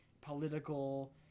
political